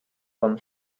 con